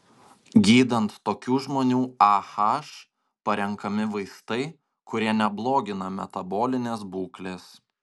gydant tokių žmonių ah parenkami vaistai kurie neblogina metabolinės būklės